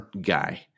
guy